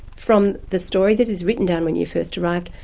from the story that is written down when you first arrived,